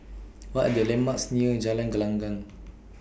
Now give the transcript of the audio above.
What Are The landmarks near Jalan Gelenggang